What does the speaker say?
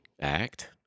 act